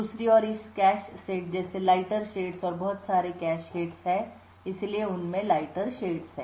दूसरी ओर इस कैश सेट जैसे लाइटर शेड्स और बहुत सारे कैश हिट्स हैं और इसलिए उन में लाइटर शेड्स हैं